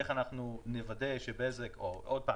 איך אנחנו נוודא שבזק שוב,